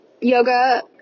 yoga